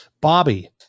Bobby